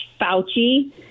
Fauci